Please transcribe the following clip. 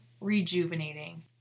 rejuvenating